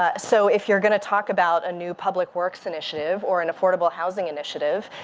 ah so if you're going to talk about a new public works initiative or an affordable housing initiative,